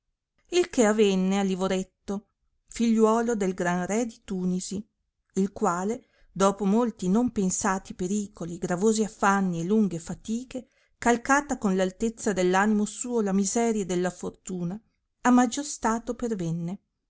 il che avenne a livoretto figliuolo del gran re di tunisi il quale dopo molti non pensati pericoli gravosi affanni e lunghe fatiche calcata con l'altezza dell animo suo la miseria della fortuna a maggior stato pervenne